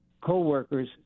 coworkers